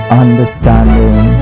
understanding